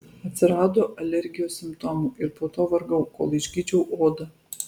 atsirado alergijos simptomų ir po to vargau kol išgydžiau odą